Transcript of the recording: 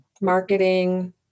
marketing